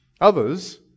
others